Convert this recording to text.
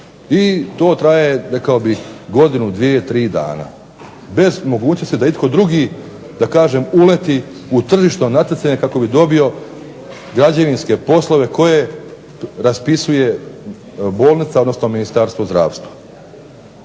i to traje rekao bih godinu, dvije, tri dana bez mogućnosti da itko drugi da kažem uleti u tržišno natjecanje kako bi dobio građevinske poslove koje raspisuje bolnica, odnosno Ministarstvo zdravstva.